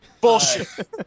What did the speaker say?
Bullshit